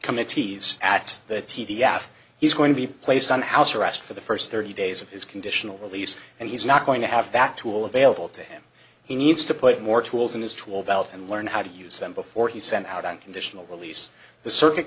committees at the t v after he's going to be placed on house arrest for the first thirty days of his conditional release and he's not going to have back tool available to him he needs to put more tools in his tool belt and learn how to use them before he sent out on conditional release the circuit